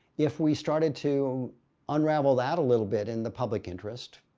if we started to unravel that a little bit in the public interest,